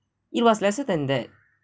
it was lesser than that